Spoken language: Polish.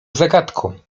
zagadką